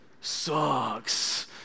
sucks